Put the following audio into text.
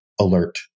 alert